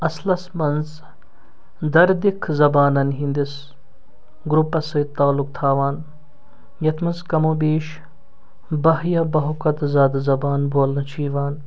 اَصلَس منٛز دردِک زبانَن ہٕنٛدِس گرٛوپَس سۭتۍ تعلُق تھاوان یَتھ منٛز کم او بیش باہ یا بہَو کھۄتہٕ زیادٕ زبان بولنہٕ چھِ یِوان